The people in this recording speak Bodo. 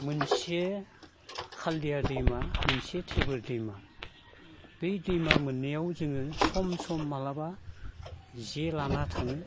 मोनसे खालिया दैमा मोनसे थेबोल दैमा बै दैमा मोननैआव जोङो सम सम माब्लाबा जे लाना थाङो